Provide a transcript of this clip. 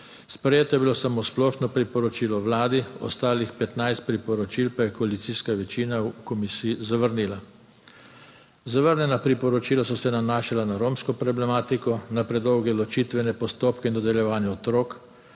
Sprejeto je bilo samo splošno priporočilo Vladi, ostalih 15 priporočil pa je koalicijska večina v komisiji zavrnila. Zavrnjena priporočila so se nanašala na romsko problematiko, na predolge ločitvene postopke in dodeljevanja otrok,